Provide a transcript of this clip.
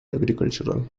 agricultural